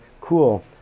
cool